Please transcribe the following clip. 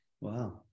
Wow